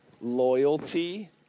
loyalty